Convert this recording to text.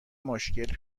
مشکل